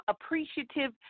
appreciative